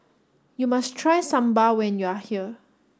you must try Sambar when you are here